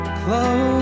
close